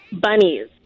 Bunnies